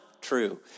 true